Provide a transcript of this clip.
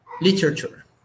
literature